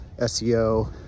seo